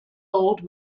old